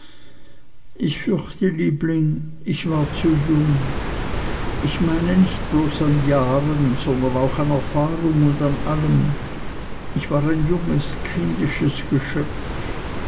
ich fürchte liebling ich war zu jung ich meine nicht bloß an jahren sondern auch an erfahrung und an allem ich war ein junges kindisches geschöpf